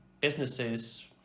businesses